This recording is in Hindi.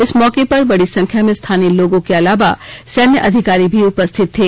इस मौके पर बडी संख्या में स्थानीय लोगों के अलावा सैन्य अधिकारी भी उपस्थित थे